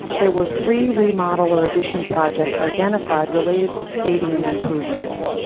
there were three remodel or additions projects identified related to stadium improvements.